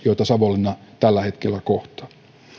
joita savonlinna tällä hetkellä kohtaa